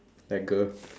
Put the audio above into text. that girl